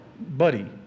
Buddy